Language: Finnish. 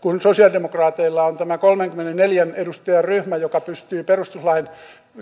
kun sosialidemokraateilla on tämä kolmenkymmenenneljän edustajan ryhmä joka pystyy perustuslain